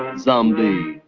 ah zombie.